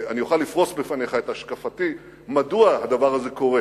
אני אוכל לפרוס בפניך את השקפתי מדוע הדבר הזה קורה